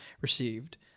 received